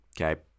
okay